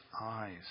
eyes